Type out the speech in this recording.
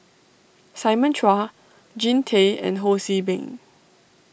Simon Chua Jean Tay and Ho See Beng